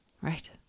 Right